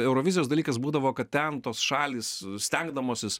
eurovizijos dalykas būdavo kad ten tos šalys stengdamosis